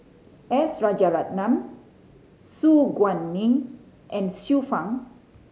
S Rajaratnam Su Guaning and Xiu Fang